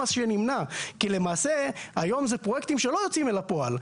כי למעשה היום זה פרויקטים שלא יוצאים אל הפועל,